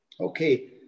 okay